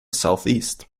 southeast